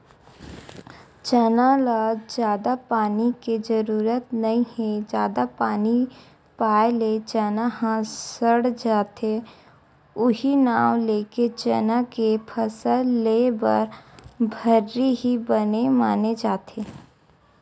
चना ल जादा पानी के जरुरत नइ हे जादा पानी पाए ले चना ह सड़ जाथे उहीं नांव लेके चना के फसल लेए बर भर्री ही बने माने जाथे